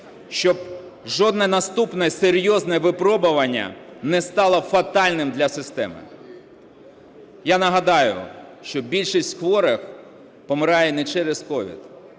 Щоб жодне наступне серйозне випробування не стало фатальним для системи. Я нагадаю, що більшість хворих помирає не через COVID,